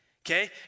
Okay